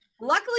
Luckily